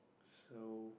so